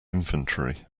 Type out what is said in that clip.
inventory